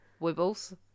wibbles